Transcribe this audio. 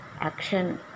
action